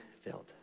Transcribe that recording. filled